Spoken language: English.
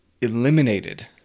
eliminated